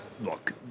Look